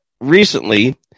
recently